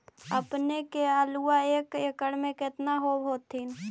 अपने के आलुआ एक एकड़ मे कितना होब होत्थिन?